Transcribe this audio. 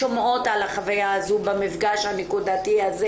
שומעת על החוויה הזו במפגש הנקודתי הזה